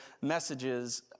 messages